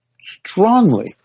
strongly